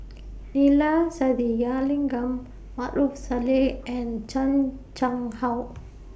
Neila Sathyalingam Maarof Salleh and Chan Chang How